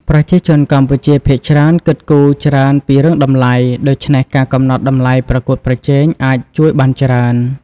ប្រជាជនកម្ពុជាភាគច្រើនគិតគូរច្រើនពីរឿងតម្លៃ ដូច្នេះការកំណត់តម្លៃប្រកួតប្រជែងអាចជួយបានច្រើន។